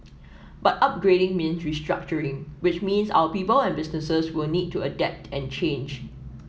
but upgrading means restructuring which means our people and businesses will need to adapt and change